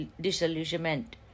disillusionment